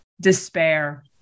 despair